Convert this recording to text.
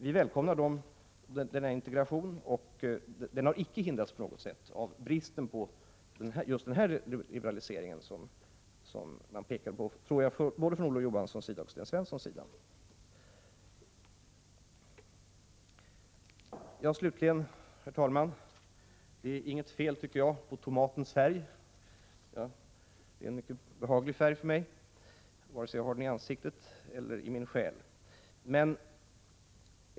Vi välkomnar denna integration, som inte har hindrats på något sätt av bristen på just den liberalisering som både Olof Johansson och Sten Svensson pekar på. Herr talman! Det är inget fel på tomatens färg. För mig är det en mycket behaglig färg, vare sig jag har den i ansiktet eller i min själ.